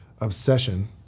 obsession